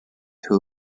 who